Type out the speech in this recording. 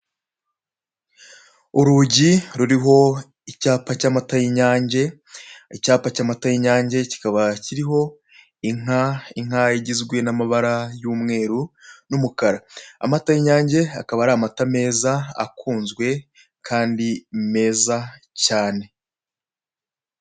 Urugi ruriho icyapa cy'amata y'inyange, icyapa cy'amata y'inyange kikaba kiriho inka. Inka igizwe n'amabara y'umweru n'umukara, amata y'inyange akaba ari amata meza akunzwe kandi meza cyane.